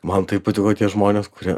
man tai patiko tie žmonės kurie